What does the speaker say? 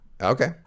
Okay